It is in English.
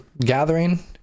gathering